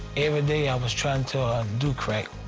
every day i was trying to do crack.